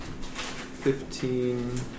Fifteen